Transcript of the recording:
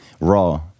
raw